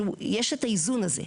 שיש את האיזון הזה.